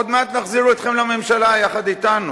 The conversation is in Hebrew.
עוד מעט נחזיר אתכם לממשלה יחד אתנו.